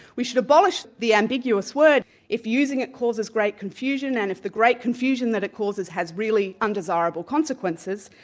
we should abolish the ambiguous word if using it causes great confusion and if the great confusion that it causes has really undesirable consequences,